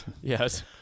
Yes